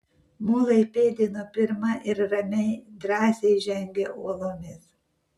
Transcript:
mulai pėdino pirma ir ramiai drąsiai žengė uolomis